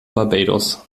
barbados